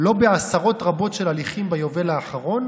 לא בעשרות רבות של הליכים ביובל האחרון